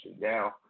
down